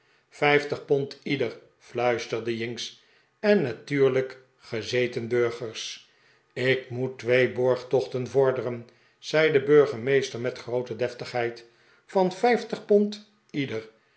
vijftig pond ieder fluisterde jinks en natuurlijk gezeten burgers ik moet twee borgtochten vorderen zei de burgemeester met groote deftigheid van vijftig pond ieder